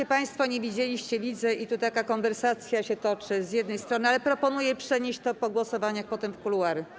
Dawno się państwo nie widzieliście, widzę, i tu taka konwersacja się toczy z jednej strony, ale proponuję przenieść to po głosowaniach potem w kuluary.